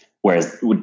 Whereas